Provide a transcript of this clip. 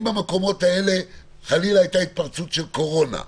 אם במקומות האלה חלילה הייתה התפרצות של קורונה,